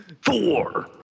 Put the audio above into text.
Four